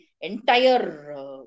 entire